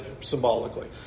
symbolically